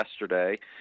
yesterday